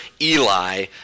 Eli